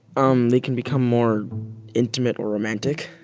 um they can become more intimate or romantic.